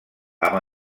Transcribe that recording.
amb